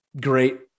great